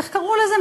איך קראו לזה?